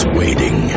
waiting